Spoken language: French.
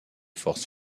forces